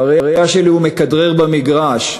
בראייה שלי הוא מכדרר במגרש.